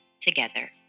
together